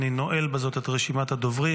אני נועל בזאת את רשימת הדוברים.